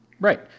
Right